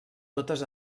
totes